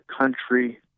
country